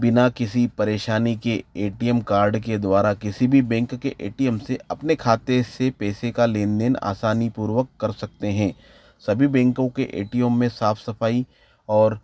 बिना किसी परेशानी के ए टी एम कार्ड के द्वारा किसी भी बैंक के ए टी एम से अपने खाते से पैसे का लेन देन आसानी पूर्वक कर सकते हैं सभी बैंको के ए टी एम में साफ सफाई और